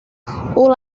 all